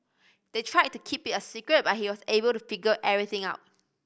they tried to keep it a secret but he was able to figure everything out